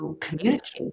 communicate